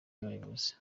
y’abayobozi